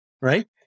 Right